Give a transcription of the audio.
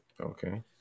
Okay